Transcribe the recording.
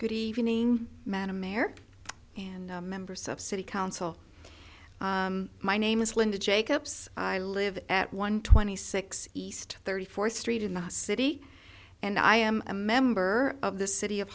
good evening madam mayor and members of city council my name is linda jake ups i live at one twenty six east thirty fourth street in the city and i am a member of the city of